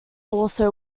also